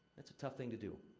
that's a tough thing to do,